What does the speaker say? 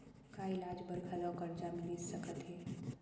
का इलाज बर घलव करजा मिलिस सकत हे?